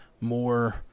more